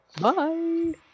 bye